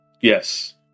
Yes